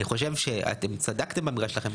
אני חושב שאתם צדקתם באמירה שלכם,